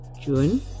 June